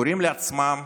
קוראים לעצמכם